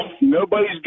Nobody's